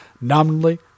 Nominally